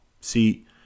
See